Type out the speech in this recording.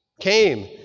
came